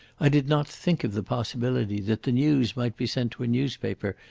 i did not think of the possibility that the news might be sent to a newspaper,